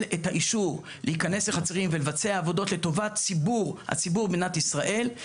את האישור להיכנס לחצרים ולבצע עבודות לטובת הציבור במדינת ישראל,